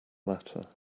latter